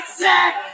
sick